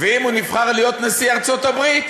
ואם הוא נבחר להיות נשיא ארצות-הברית,